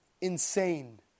insane